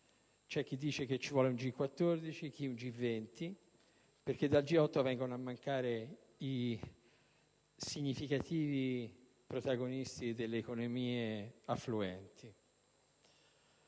C'è chi dice che ci vuole un G14 e chi un G20, perché dal G8 vengono a mancare i significativi protagonisti delle economie affluenti.